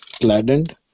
gladdened